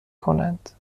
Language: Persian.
کنند